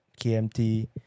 KMT